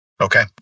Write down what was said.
Okay